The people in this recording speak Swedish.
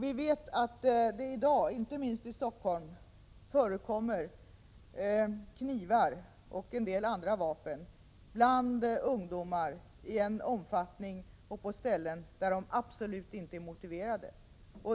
Vi vet att det i dag, inte minst i Stockholm, förekommer knivar och en del andra vapen bland ungdomar i en omfattning och på ställen som absolut inte är motiverat.